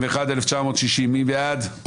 מי בעד?